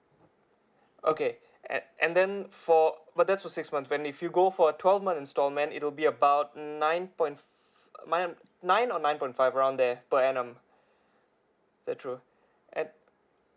okay an~ and then for but that's for six months then if you go for a twelve months instalment it'll be about nine point f~ mind nine or nine point five around there per annum is that true at